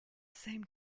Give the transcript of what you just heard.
same